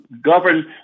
govern